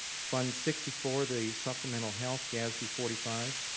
fund sixty four, the supplemental health gasb forty five,